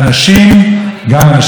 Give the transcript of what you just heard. שרוצים לעשות את זה מסיבות אידיאולוגיות